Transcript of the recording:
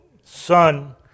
son